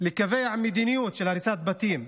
לקבע מדיניות של הריסת בתים.